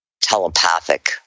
telepathic